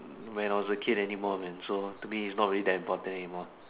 when I was a kid anymore man so to me it's not really that important anymore